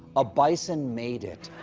a bison made it.